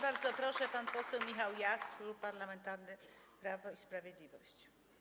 Bardzo proszę, pan poseł Michał Jach, Klub Parlamentarny Prawo i Sprawiedliwość.